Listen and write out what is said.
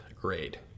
grade